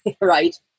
Right